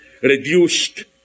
reduced